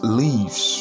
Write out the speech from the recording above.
leaves